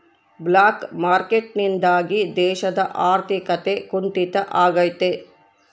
block market ನಿಂದಾಗಿ ದೇಶದ ಆರ್ಥಿಕತೆ ಕುಂಟಿತ ಆಗ್ತೈತೆ